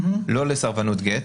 לא לסרבנות גט,